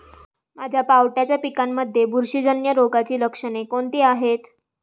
माझ्या पावट्याच्या पिकांमध्ये बुरशीजन्य रोगाची लक्षणे कोणती आहेत?